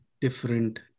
different